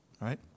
right